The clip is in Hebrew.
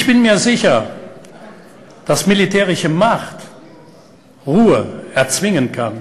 אני בטוח שכוח צבאי יכול להביא לרגיעה,